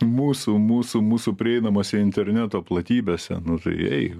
mūsų mūsų mūsų prieinamose interneto platybėse nu tai ei